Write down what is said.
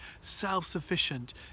self-sufficient